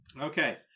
Okay